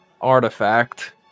artifact